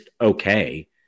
okay